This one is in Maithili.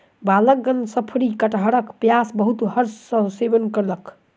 बालकगण शफरी कटहरक पायस बहुत हर्ष सॅ सेवन कयलक